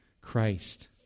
Christ